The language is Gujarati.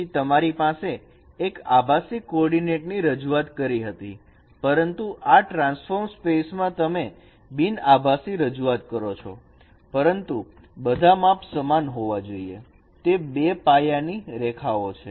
તેથી તમારી પાસે એક આભાસી કોઓર્ડીનેટ ની રજૂઆત કરી હતીપરંતુ આ ટ્રાન્સફોર્મ સ્પેસમાં તમે બિન આભાસી રજૂઆત કરો છો પરંતુ બધા માપ સમાન હોવા જોઈએ તે બે પાયા ની રેખાઓ છે